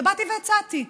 ובאתי והצעתי.